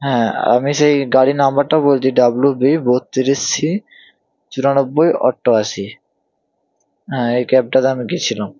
হ্যাঁ আমি সেই গাড়ির নম্বরটা বলছি ডব্লু বি বত্রিশ সি চুরানব্বই অষ্টআশি হ্যাঁ এই ক্যাবটাতে আমি গিয়েছিলাম